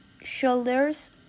shoulders